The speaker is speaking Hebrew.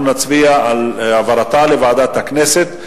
אנחנו נצביע על העברה לוועדת הכנסת.